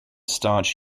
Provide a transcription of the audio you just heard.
staunch